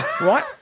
right